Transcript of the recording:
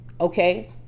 okay